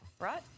right